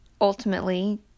Ultimately